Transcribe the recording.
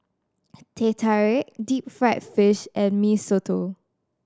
Teh Tarik deep fried fish and Mee Soto